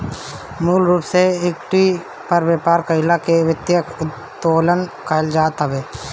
मूल रूप से इक्विटी पर व्यापार कईला के वित्तीय उत्तोलन कहल जात हवे